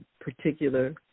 particular